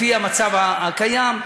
לפי המצב הקיים,